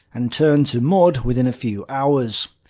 and turned to mud within a few hours.